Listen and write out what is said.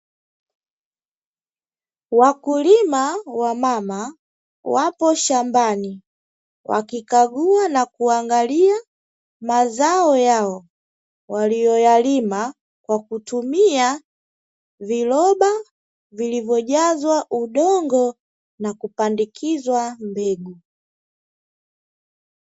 Wakulima wamama wapo shambani, wakikagua na kuangalia mazao yao; waliyoyalima kwa kutumia viroba vilivyojazwa udongo na kupandikizwa mbegu.